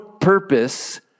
purpose